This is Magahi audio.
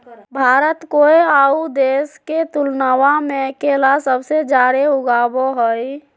भारत कोय आउ देश के तुलनबा में केला सबसे जाड़े उगाबो हइ